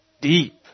Deep